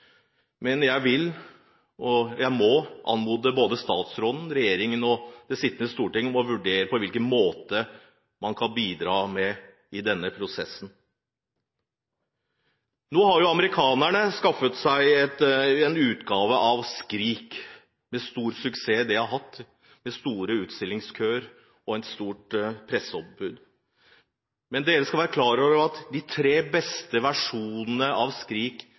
men jeg vil, og jeg må, anmode både statsråden, regjeringen og det sittende storting om å vurdere på hvilken måte man kan bidra i denne prosessen. Nå har jo amerikanerne skaffet seg en utgave av «Skrik». De har hatt stor suksess med lange utstillingskøer og et stort presseoppbud. Men vi skal være klar over at de tre beste versjonene av